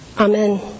Amen